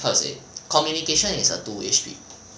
how to say communication is a two strip